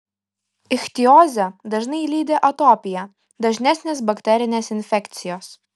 ichtiozę dažnai lydi atopija dažnesnės bakterinės infekcijos